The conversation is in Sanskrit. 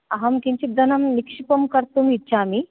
अहं किञ्चिद् धनं निक्षिपं कर्तुम् इच्छामि